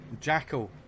Jackal